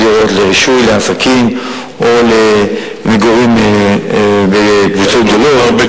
הדירות לעסקים או למגורים לקבוצות גדולות.